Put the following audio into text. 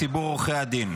מציבור עורכי הדין.